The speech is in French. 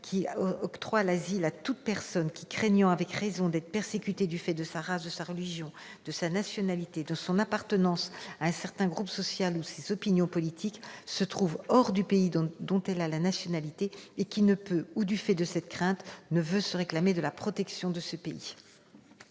octroie déjà l'asile à « toute personne qui, craignant avec raison d'être persécutée du fait de sa race, de sa religion, de sa nationalité, de son appartenance à un certain groupe social ou de ses opinions politiques, se trouve hors du pays dont elle a la nationalité et qui ne peut, ou du fait de cette crainte, ne veut se réclamer de la protection de ce pays.